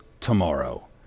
tomorrow